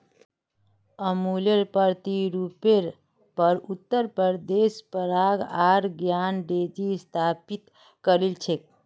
अमुलेर प्रतिरुपेर पर उत्तर प्रदेशत पराग आर ज्ञान डेरी स्थापित करील छेक